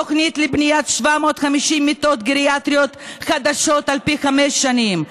תוכנית לבניית 750 מיטות גריאטריות חדשות על פני חמש שנים,